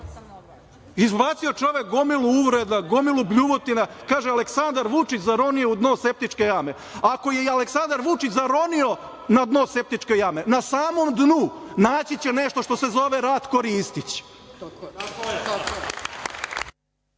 napisao. Izbacio čovek gomilu uvreda, bljuvotina, kaže, Aleksandar Vučić zaronio u dno septičke jame. Ako je Aleksandar Vučić zaronio na dno septičke jame, na samom dnu naći će nešto što se zove Ratko Ristić.